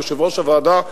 ליושב-ראש הוועדה,